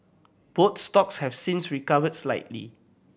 both stocks have since recovered slightly